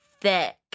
thick